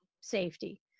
safety